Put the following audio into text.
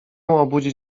obudzić